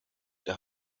der